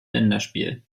länderspiel